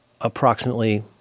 approximately